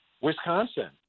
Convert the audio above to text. Wisconsin